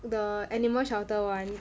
the animal shelter one